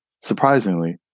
Surprisingly